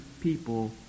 people